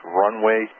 runway